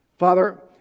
Father